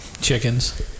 Chickens